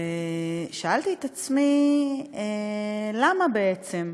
ושאלתי את עצמי למה, בעצם,